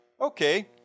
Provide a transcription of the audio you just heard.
Okay